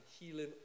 healing